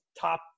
top